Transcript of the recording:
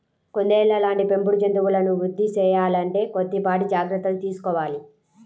కుందేళ్ళ లాంటి పెంపుడు జంతువులను వృద్ధి సేయాలంటే కొద్దిపాటి జాగర్తలు తీసుకోవాలి